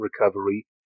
recovery